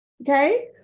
Okay